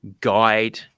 guide